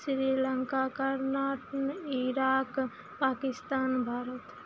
श्रीलंका कर्ना ईराक पाकिस्तान भारत